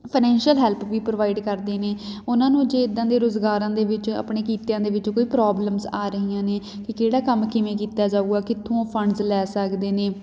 financial help ਵੀ provide ਕਰਦੇ ਨੇ ਉਹਨਾਂ ਨੂੰ ਜੇ ਇੱਦਾਂ ਦੇ ਰੁਜ਼ਗਾਰਾਂ ਦੇ ਵਿੱਚ ਆਪਣੇ ਕਿੱਤਿਆਂ ਦੇ ਵਿੱਚ ਕੋਈ ਪ੍ਰੋਬਲਮਸ ਆ ਰਹੀਆਂ ਨੇ ਕਿ ਕਿਹੜਾ ਕੰਮ ਕਿਵੇਂ ਕੀਤਾ ਜਾਵੇਗਾ ਕਿੱਥੋਂ ਫੰਡਸ ਲੈ ਸਕਦੇ ਨੇ